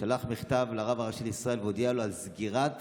שלח מכתב לרב הראשי לישראל והודיע לו על סגירת